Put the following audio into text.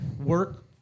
work